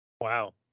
Wow